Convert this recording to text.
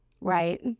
Right